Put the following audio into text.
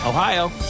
Ohio